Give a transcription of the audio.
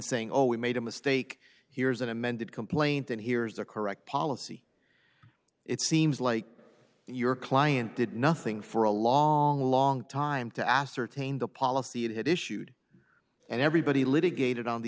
saying oh we made a mistake here's an amended complaint and here is the correct policy it seems like your client did nothing for a long long time to ascertain the policy it had issued and everybody litigated on the